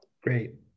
great